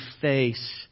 face